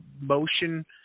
motion